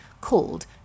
called